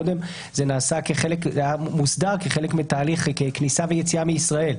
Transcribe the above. קודם זה היה מוסדר כחלק מתהליך כניסה ויציאה מישראל,